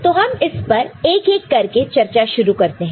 तो हम इस पर एक एक करके चर्चा शुरू करते हैं